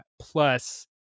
plus